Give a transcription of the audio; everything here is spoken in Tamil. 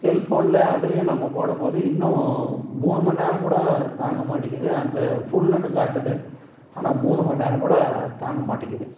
செல்ஃபோனில் அதுலேயும் நம்ம போடும் போது இன்னும் மூணு மணி நேரம் கூட தாங்க மாட்டேங்கிது அந்த ஃபுல்லுன்னு காட்டுது ஆனால் மூணு மணி நேரம் கூட தாங்க மாட்டேங்கிது